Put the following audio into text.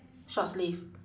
short sleeve